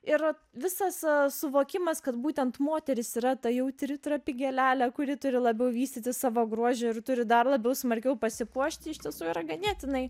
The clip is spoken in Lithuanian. ir visas suvokimas kad būtent moteris yra ta jautri trapi gėlelė kuri turi labiau vystyti savo grožį ir turi dar labiau smarkiau pasipuošti iš tiesų yra ganėtinai